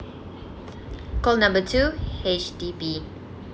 call number two H_D_B